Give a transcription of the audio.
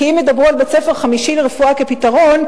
כי אם ידברו על בית-ספר חמישי לרפואה כפתרון,